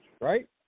right